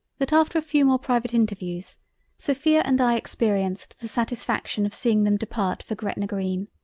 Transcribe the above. that after a few more private interveiws, sophia and i experienced the satisfaction of seeing them depart for gretna-green,